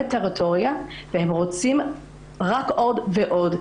טריטוריה והם רוצים רק עוד ועוד.